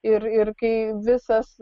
ir ir kai visas